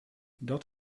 dat